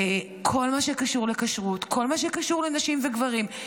כל מה שקשור לכשרות, כל מה שקשור לנשים וגברים.